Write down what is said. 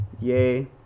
yay